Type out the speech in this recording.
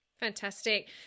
Fantastic